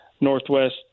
Northwest